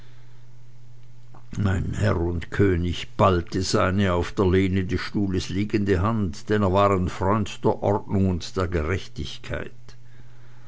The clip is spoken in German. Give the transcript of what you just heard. mein herr und könig ballte seine auf der lehne des stuhles liegende hand denn er war ein freund der ordnung und der gerechtigkeit